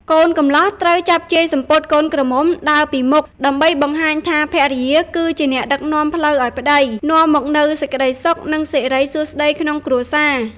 កូនកំលោះត្រូវចាប់ជាយសំពត់កូនក្រមុំដើរពីមុខ ដើម្បីបង្ហាញថាភរិយាគឺជាអ្នកដឹកនាំផ្លូវឲ្យប្ដី នាំមកនូវសេចក្ដីសុខ និងសិរីសួស្ដីក្នុងគ្រួសារ។